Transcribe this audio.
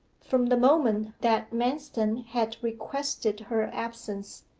from the moment that manston had requested her absence,